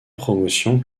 promotion